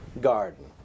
garden